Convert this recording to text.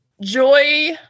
joy